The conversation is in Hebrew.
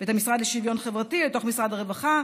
ואת המשרד לשוויון חברתי לתוך משרד הרווחה?